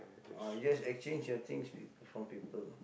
ah just exchange your things from from people